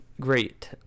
great